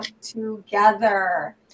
together